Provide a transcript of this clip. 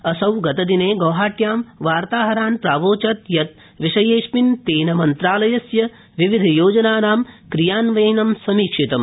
असौ गतदिने गौहाट्यां वार्ताहरान् प्रावोचत् यत् विषयेस्मिन् तेन मन्त्रालयस्य विविध योजनानां क्रियान्वयनं समीक्षितम्